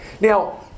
Now